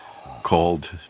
called